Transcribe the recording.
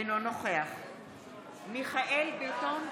אינו נוכח מיכאל מרדכי ביטון,